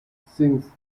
sings